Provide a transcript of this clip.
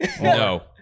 No